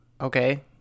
okay